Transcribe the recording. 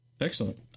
Excellent